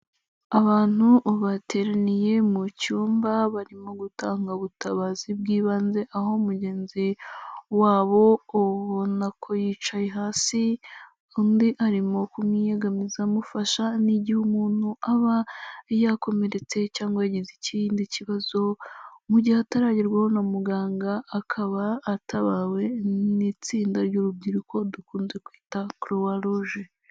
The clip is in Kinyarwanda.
Abantu bateraniye mu cyumba barimo gutanga ubutabazi bw'ibanze, aho mugenzi wabo ubonako yicaye hasi, undi arimo kumwiyegamiza amufasha, ni igihe umuntu aba yakomeretse cyangwa yagize ikindi kibazo mu gihe atagerwaho na muganga, akaba atabawe n'itsinda ry'urubyiruko dukunze kwita kuruwaruje.